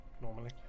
normally